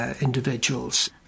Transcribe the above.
individuals